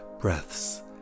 breaths